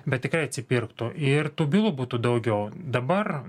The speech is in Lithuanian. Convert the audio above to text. bet tikrai atsipirktų ir tų bylų būtų daugiau dabar